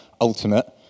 ultimate